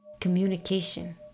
Communication